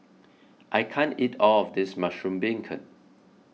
I can't eat all of this Mushroom Beancurd